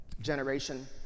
generation